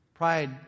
Pride